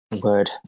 good